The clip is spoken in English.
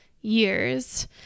years